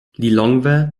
lilongwe